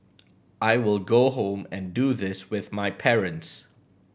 I will go home and do this with my parents